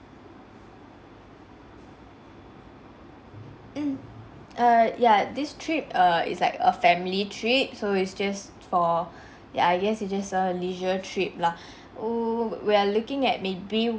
err ya this trip err it's like a family trip so is just for ya I guess it's just a leisure trip lah oo we are looking at maybe one week of a vacation and